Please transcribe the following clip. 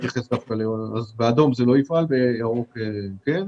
אז באדום זה לא יפעל ובירוק כן.